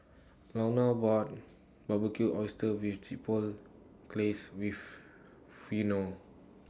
Launa bought Barbecued Oysters with Chipotle Glaze with